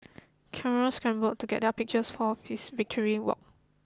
Camera scramble to get up pictures for his victory walk